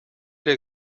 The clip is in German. der